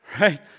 Right